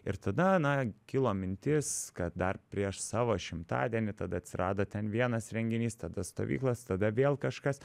ir tada na kilo mintis kad dar prieš savo šimtadienį tada atsirado ten vienas renginys tada stovyklos tada vėl kažkas